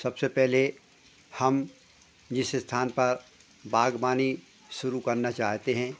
सबसे पहले हम जिस स्थान पर बाग़बानी शुरू करना चाहते हैं